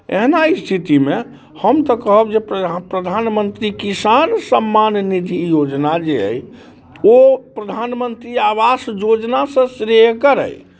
एहिना स्थितिमे हम तऽ कहब जे प्र प्रधानमंत्री किसान सम्मान निधि योजना जे अइ ओ प्रधानमंत्री आवास योजनासँ श्रेयस्कर अइ